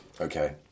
Okay